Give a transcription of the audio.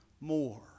more